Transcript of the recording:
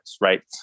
right